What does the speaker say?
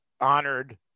honored